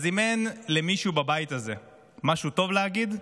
אז אם אין למישהו בבית הזה משהו טוב להגיד,